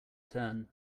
turn